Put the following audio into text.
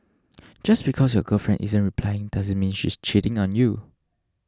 just because your girlfriend isn't replying doesn't mean she's cheating on you